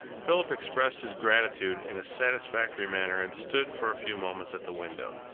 philip expressed his gratitude in a satisfactory manner and stood for a few moments at the window.